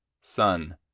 sun